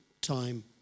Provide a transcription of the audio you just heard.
time